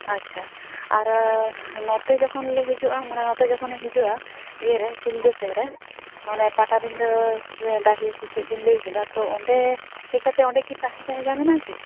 ᱟᱪᱪᱷᱟ ᱟᱨ ᱱᱚᱛᱮ ᱡᱷᱚᱠᱷᱚᱱ ᱞᱮ ᱦᱤᱡᱩᱜᱼᱟ ᱢᱟᱱᱮ ᱱᱚᱛᱮ ᱡᱚᱠᱷᱚᱱ ᱤᱧ ᱦᱤᱡᱩᱜᱼᱟ ᱤᱭᱟᱹ ᱨᱮ ᱥᱤᱞᱫᱟᱹ ᱥᱮᱫ ᱨᱮ ᱚᱱᱮ ᱯᱟᱴᱟᱵᱤᱸᱫᱷᱟᱹ ᱰᱟᱦᱤ ᱥᱮ ᱪᱮᱫ ᱵᱤᱱ ᱞᱟᱹᱭ ᱠᱮᱫᱟ ᱛᱚ ᱚᱸᱰᱮ ᱦᱮᱡ ᱠᱟᱛᱮ ᱚᱸᱰᱮ ᱠᱤ ᱛᱟᱦᱮᱸ ᱡᱟᱭᱜᱟ ᱢᱮᱱᱟᱜᱼᱟ ᱠᱤ